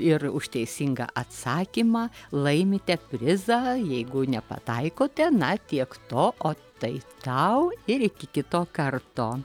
ir už teisingą atsakymą laimite prizą jeigu nepataikote na tiek to ot tai tau ir iki kito karto